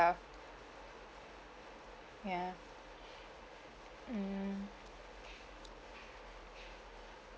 ya ya mm